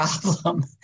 problem